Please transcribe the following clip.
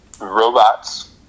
robots